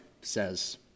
says